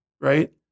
right